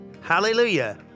Hallelujah